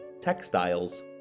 textiles